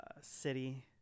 city